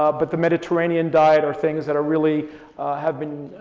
ah but the mediterranean diet are things that are really have been,